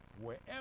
Wherever